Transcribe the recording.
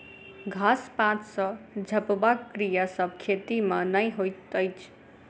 घास पात सॅ झपबाक क्रिया सभ खेती मे नै होइत अछि